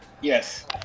Yes